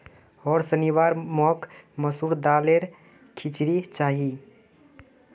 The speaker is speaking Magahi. होर शनिवार मोक मसूर दालेर खिचड़ी चाहिए